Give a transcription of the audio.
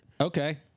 Okay